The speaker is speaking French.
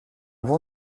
bon